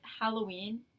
Halloween